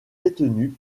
détenues